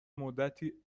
مدتی